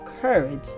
courage